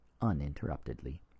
uninterruptedly